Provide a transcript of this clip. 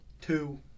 Two